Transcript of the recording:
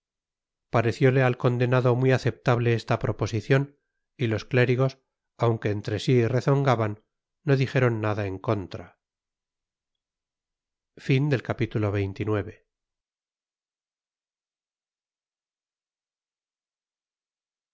pareciole al condenado muy aceptable esta proposición y los clérigos aunque entre sí rezongaban no dijeron nada en contra la